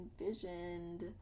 envisioned